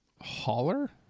Holler